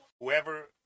whoever